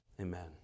Amen